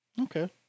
Okay